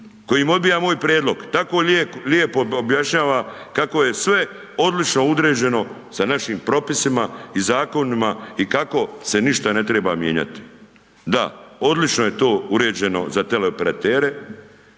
kojim odbija moj prijedlog, tako lijepo objašnjava kako je sve odlično .../Govornik se ne razumije./... sa našim propisima i zakonima i kako se ništa ne treba mijenjati. Da, odlično je to uređeno za teleoperatere,